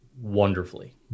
wonderfully